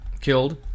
killed